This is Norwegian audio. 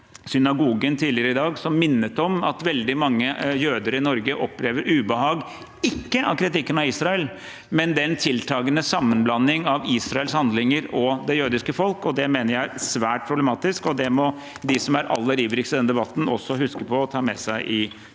synagogen tidligere i dag. De minnet om at veldig mange jøder i Norge opplever ubehag – ikke av kritikken av Israel, men av den tiltagende sammenblanding av Israels handlinger og det jødiske folk. Det mener jeg er svært problematisk, og det må de som er aller ivrigst i denne debatten, også huske på og ta med seg videre